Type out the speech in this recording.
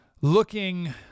looking